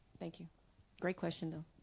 thank you great question though